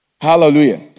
Hallelujah